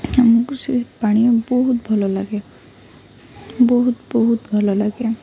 ଆମକୁ ସେ ପାଣି ବହୁତ ଭଲଲାଗେ ବହୁତ ବହୁତ ଭଲଲାଗେ